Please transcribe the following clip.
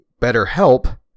BetterHelp